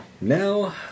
Now